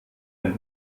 ein